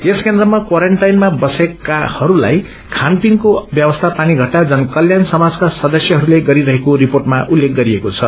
यस केन्द्रमा क्वारान्टाइनमा बसेकाहरूलाई खानपिनको व्यवस्था पानीष्ट्रा जनकल्याण समाजका सदस्यहरूले गरिरहेको रिपोर्टमा उल्लेख गरिएको छ